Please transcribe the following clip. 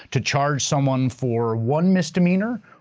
to charge someone for one misdemeanor,